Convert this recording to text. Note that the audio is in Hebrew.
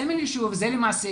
סמל יישוב זה למעשה,